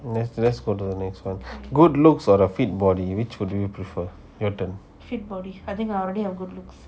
let's let's go to the next one good looks or a fit body which would you prefer your turn